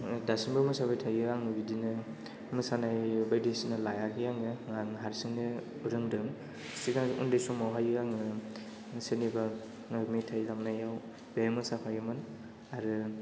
दासिमबो मोसाबाय थायो आङो बिदिनो मोसानाय बायदिसिना लायाखै आङो आं हारसिंनो रोंदों सिगां उन्दै समावहाय आङो सोरनिबा मेथाइ दामनायाव बेहाय मोसाफायोमोन आरो